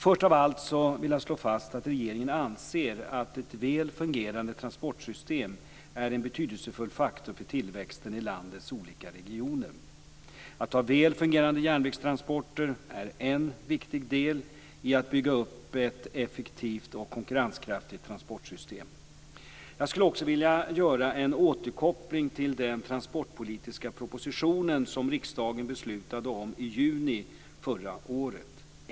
Först av allt vill jag slå fast att regeringen anser att ett väl fungerande transportsystem är en betydelsefull faktor för tillväxten i landets olika regioner. Att ha väl fungerande järnvägstransporter är en viktig del i att bygga upp ett effektivt och konkurrenskraftigt transportsystem. Jag skulle också vilja göra en återkoppling till den transportpolitiska proposition som riksdagen beslutade om i juni förra året.